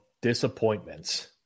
disappointments